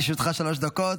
לרשותך שלוש דקות.